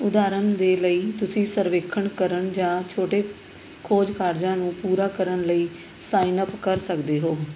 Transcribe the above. ਉਦਾਹਰਣ ਦੇ ਲਈ ਤੁਸੀਂ ਸਰਵੇਖਣ ਕਰਨ ਜਾਂ ਛੋਟੇ ਖੋਜ ਕਾਰਜਾਂ ਨੂੰ ਪੂਰਾ ਕਰਨ ਲਈ ਸਾਈਨਅੱਪ ਕਰ ਸਕਦੇ ਹੋ